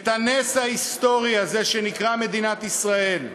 את הנס ההיסטורי הזה שנקרא מדינת ישראל,